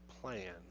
plan